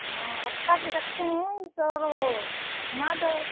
हाँ अच्छे भी लगते हैं तो घुमा दो